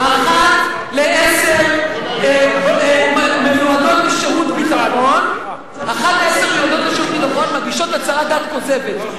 אחת לעשר מיועדות לשירות ביטחון מגישות הצהרת דת כוזבת.